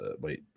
wait